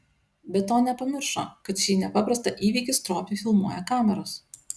be to nepamiršo kad šį nepaprastą įvykį stropiai filmuoja kameros